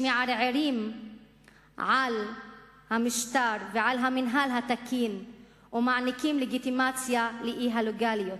שמערערים על המשטר ועל המינהל התקין ומעניקים לגיטימציה לאי-הלגליות.